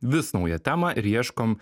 vis naują temą ir ieškom